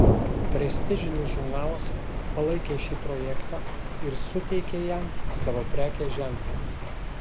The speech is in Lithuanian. prestižinis žurnalas palaikė šį projektą ir suteikė jam savo prekės ženklą